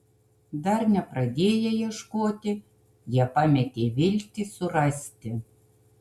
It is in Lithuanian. dar nepradėję ieškoti jie pametė viltį surasti